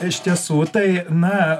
iš tiesų tai na